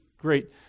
great